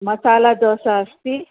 मसालदोसा अस्ति